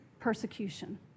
Persecution